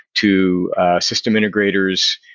to system integrators,